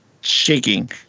shaking